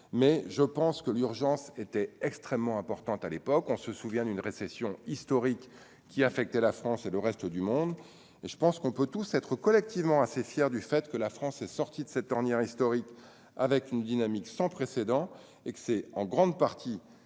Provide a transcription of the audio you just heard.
mais je pense que l'urgence était extrêmement importante à l'époque, on se souvient d'une récession historique qui a affecté la France et le reste du monde et je pense qu'on peut tous être collectivement assez fier du fait que la France est sortie de cette ornière historique avec une dynamique sans précédent et que c'est en grande partie